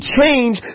change